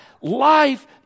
Life